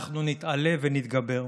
אנחנו נתעלה ונתגבר.